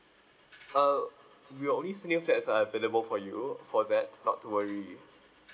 err we'll only send you flats that are available for you for that not to worry